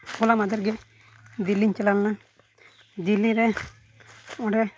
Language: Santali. ᱦᱚᱞᱟ ᱢᱟᱫᱷᱮᱨ ᱜᱮ ᱫᱤᱞᱞᱤᱧ ᱪᱟᱞᱟᱣ ᱞᱮᱱᱟ ᱫᱤᱞᱞᱤ ᱨᱮ ᱚᱸᱰᱮ